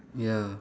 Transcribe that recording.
ya